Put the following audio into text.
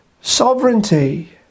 sovereignty